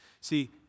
See